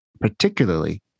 particularly